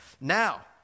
Now